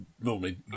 normally